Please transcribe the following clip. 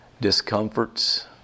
discomforts